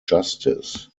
justice